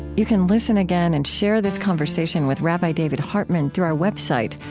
you can listen again and share this conversation with rabbi david hartman through our website,